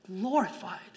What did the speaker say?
glorified